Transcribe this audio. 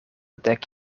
dek